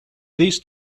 these